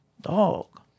Dog